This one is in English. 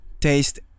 Taste